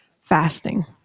fasting